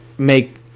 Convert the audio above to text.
make